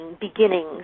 beginnings